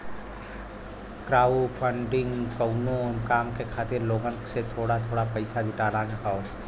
crowdfunding कउनो काम के खातिर लोगन से थोड़ा थोड़ा पइसा जुटाना हौ